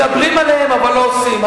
מדברים עליהם אבל לא עושים.